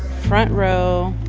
front row.